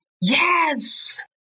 Yes